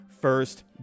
first